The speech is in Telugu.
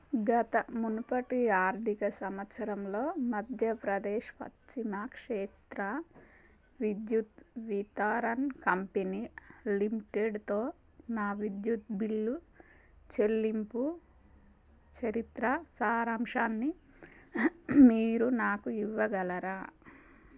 గత మునుపటి ఆర్థిక సంవత్సరంలో మధ్యప్రదేశ్ పశ్చిమ క్షేత్ర విద్యుత్ వితారన్ కంపెనీ లిమిటెడ్తో నా విద్యుత్ బిల్లు చెల్లింపు చరిత్ర సారాంశాన్ని మీరు నాకు ఇవ్వగలరా